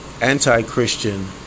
Anti-Christian